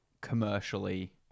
commercially